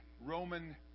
Roman